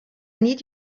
need